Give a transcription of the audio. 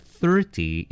thirty